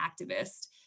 activist